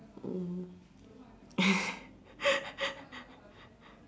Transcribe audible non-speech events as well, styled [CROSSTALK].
mm [LAUGHS]